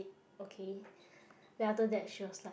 okay then after that she was like